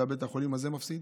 ובית החולים הזה מפסיד.